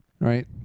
right